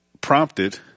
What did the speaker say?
prompted